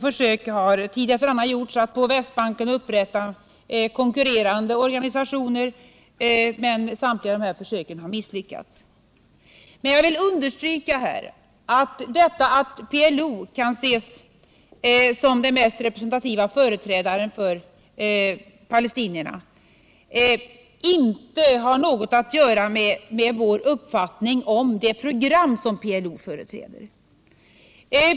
Försök har tid efter annan gjorts att på Västbanken upprätta konkurrerande organisationer, men samtliga dessa försök har misslyckats. Men jag vill understryka att detta att PLO kan ses som den mest representativa företrädaren för palestinierna inte har något att göra med vår uppfattning om det program som PLO företräder.